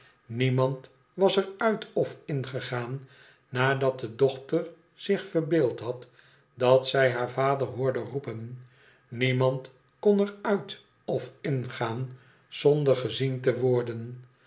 niemand was er uit of in gegaan nadat de dochter zich verbeeld had dat zij haar vader hoorde roepen niemand kon er uit of in gaan zonder gezien te worden